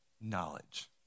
knowledge